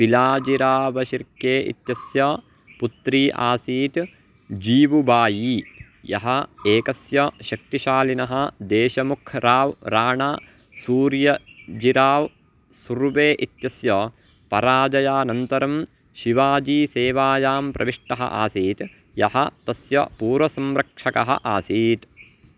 पिलाजीरावशिर्के इत्यस्य पुत्री आसीत् जीवुबाई यः एकस्य शक्तिशालीनः देशमुखरावराण सूर्याजीरावसुर्वे इत्यस्य पराजयानन्तरं शिवाजीसेवायां प्रविष्टः आसीत् यः तस्य पूर्वसंरक्षकः आसीत्